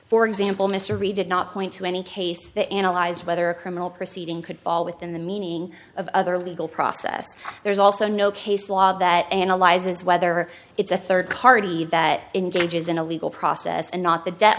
for example mr reid did not point to any case that analyzed whether a criminal proceeding could fall within the meaning of other legal process there's also no case law that analyzes whether it's a third party that engages in a legal process and not the debt